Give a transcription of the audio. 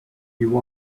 you